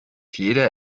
jeder